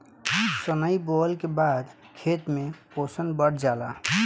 सनइ बोअला के बाद खेत में पोषण बढ़ जाला